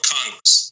Congress